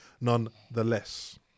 nonetheless